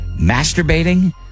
Masturbating